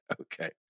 Okay